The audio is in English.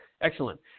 excellent